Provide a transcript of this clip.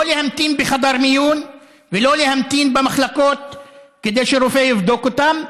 לא להמתין בחדר מיון ולא להמתין במחלקות כדי שרופא יבדוק אותם,